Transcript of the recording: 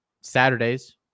Saturdays